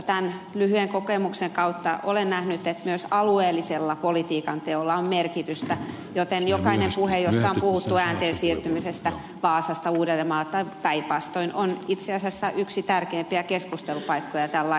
tämän lyhyen kokemuksen kautta olen nähnyt että myös alueellisella politiikanteolla on merkitystä joten jokainen puhe jossa on puhuttu äänten siirtymisestä vaasasta uudellemaalle tai päinvastoin on itse asiassa yksi tärkeimpiä keskustelun paikkoja tämän lain osalta